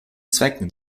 zwecken